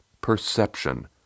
Perception